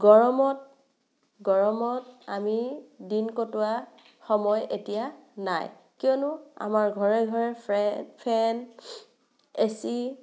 গৰমত গৰমত আমি দিন কটোৱা সময় এতিয়া নাই কিয়নো আমাৰ ঘৰে ঘৰে ফে ফেন এ চি